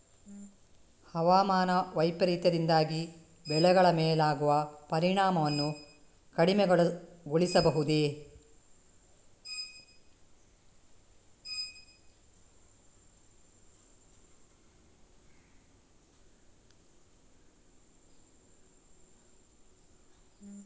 ಹವಾಮಾನ ವೈಪರೀತ್ಯದಿಂದಾಗಿ ಬೆಳೆಗಳ ಮೇಲಾಗುವ ಪರಿಣಾಮವನ್ನು ಕಡಿಮೆಗೊಳಿಸಬಹುದೇ?